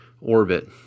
orbit